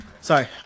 Sorry